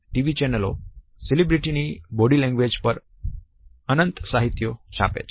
વી channel celebrity ની body language પર અનંત સાહિત્ય છાપે છે